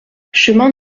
chemin